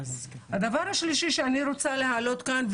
הדבר השלישי שאני רוצה להעלות כאן,